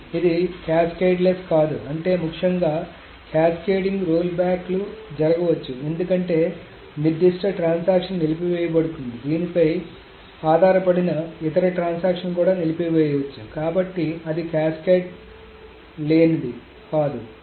కాబట్టి ఇది క్యాస్కేడ్లెస్ కాదు అంటే ముఖ్యంగా క్యాస్కేడింగ్ రోల్బ్యాక్లు జరగవచ్చు ఎందుకంటే నిర్దిష్ట లావాదేవీ నిలిపివేయబడు తుంది దానిపై ఆధారపడిన ఇతర ట్రాన్సాక్షన్ కూడా నిలిపివేయవచ్చు కాబట్టి అది కాస్కేడ్ లేనిది కాదు